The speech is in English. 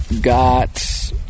got